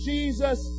Jesus